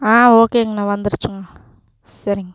ஆ ஓகேங்கண்ணா வந்திருச்சுங்க சரிங்க